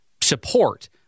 support